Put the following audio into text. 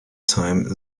time